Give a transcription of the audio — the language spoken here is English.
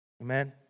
Amen